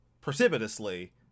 precipitously